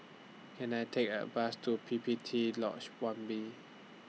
Can I Take A Bus to P P T Lodge one B